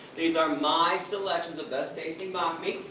these are my selections, the best tasting mock meats.